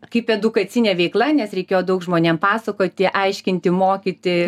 kaip edukacinė veikla nes reikėjo daug žmonėm pasakoti aiškinti mokyti